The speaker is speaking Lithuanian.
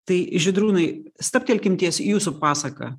tai žydrūnai stabtelkim ties jūsų pasaka